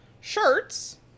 shirts